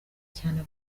cyane